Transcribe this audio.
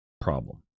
problem